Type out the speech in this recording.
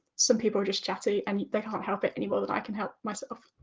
some people are just chatty, and they can't help any more than i can help myself.